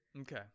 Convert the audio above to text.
Okay